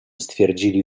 stwierdzili